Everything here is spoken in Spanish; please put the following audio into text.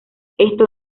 esto